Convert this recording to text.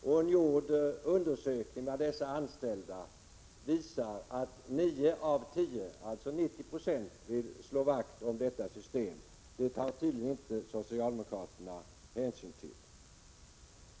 En undersökning som gjorts bland deras anställda visar att nio av tio vill slå vakt om detta system. Men det tar tydligen inte socialdemokraterna hänsyn till.